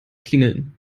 klingeln